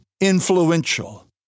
influential